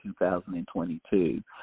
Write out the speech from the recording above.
2022